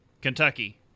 Kentucky